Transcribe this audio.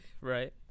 Right